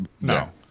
no